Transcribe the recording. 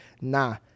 Nah